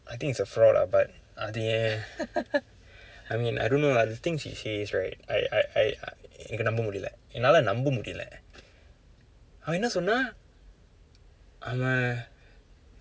I think it's a fraud ah but அது என்:athu en I mean I don't know lah the things he says right I I I எனக்கு நம்ப முடியல என்னால நம்ப முடியல அவன் என்ன சொன்னா அவன்:enakku nampa mudiyala ennala nampa mudiyala avan enna sonnaa avan